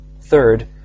Third